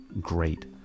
Great